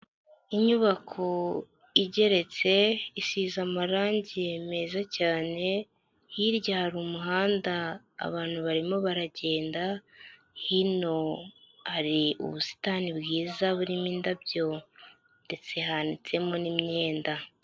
Inyubako igeretse isize amarangi meza cyane, hirya hari umuhanda abantu barimo baragenda, hino hari ubusitani bwiza burimo indabyo ndetse hanitsemo n'imyenda.